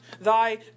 thy